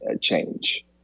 change